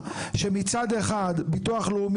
אני רק אומר שתדע --- אני הבנתי שזה הדיון,